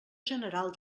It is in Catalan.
general